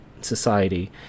society